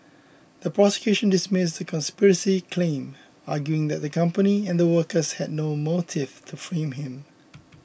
the prosecution dismissed the conspiracy claim arguing that the company and workers had no motive to frame him